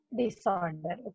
disorder